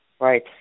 Right